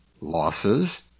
losses